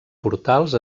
portals